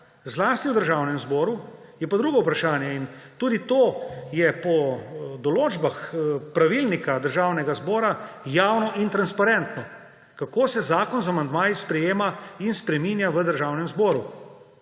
zlasti v Državnem zboru, je pa drugo vprašanje. Tudi to je po določbah pravilnika Državnega zbora javno in transparentno, kako se zakon z amandmaji sprejema in spreminja v Državnem zboru.